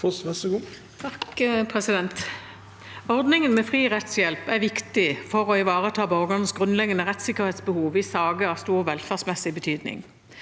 Ordningen med fri rettshjelp er viktig for å ivareta borgernes grunnleggende rettsikkerhetsbehov i saker av stor velferdsmessig betydning.